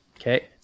Okay